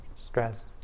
stress